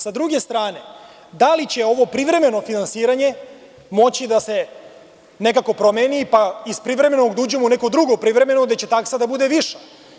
S druge strane, da li će ovo privremeno finansiranje moći da se nekako promeni, pa iz privremenog da uđemo u neko drugo privremeno gde će taksa da bude viša?